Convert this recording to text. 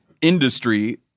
industry